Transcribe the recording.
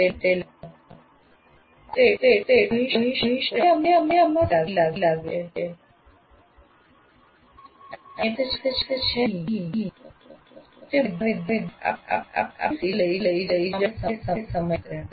આપ ફક્ત એટલું જ કહી શકો કે આમાં સમય લાગે છે આપની પાસે છે કે નહીં તો તે બધા વિદ્યાર્થીઓને આપની સાથે લઈ જવા માટે સમય લાગશે